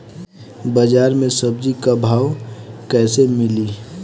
बाजार मे सब्जी क भाव कैसे मिली?